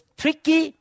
tricky